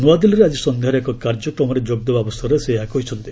ନୂଆଦିଲ୍ଲୀରେ ଆଜି ସନ୍ଧ୍ୟାରେ ଏକ କାର୍ଯ୍ୟକ୍ରମରେ ଯୋଗଦେବା ଅବସରରେ ସେ ଏହା କହିଛନ୍ତି